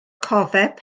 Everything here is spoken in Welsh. cofeb